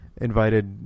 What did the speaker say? invited